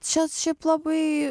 čia šiaip labai